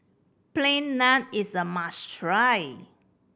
Plain Naan is a must try